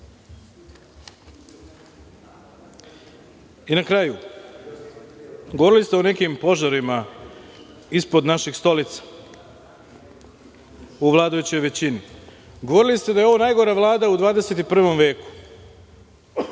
kraju, govorili ste o nekim požarima ispod naših stolica u vladajućoj većini. Govorili ste da je ovo najgora Vlada u 21. veku.